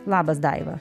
labas daiva